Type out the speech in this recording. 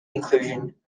inclusion